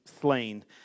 slain